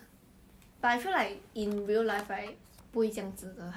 哪里 I didn't even know that